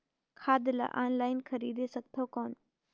खाद ला ऑनलाइन खरीदे सकथव कौन?